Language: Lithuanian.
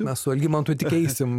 mes su algimantu tik eisim